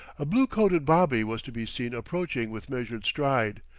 a blue-coated bobby was to be seen approaching with measured stride,